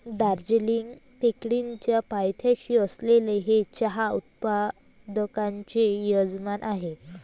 दार्जिलिंग टेकडीच्या पायथ्याशी असलेले हे चहा उत्पादकांचे यजमान आहे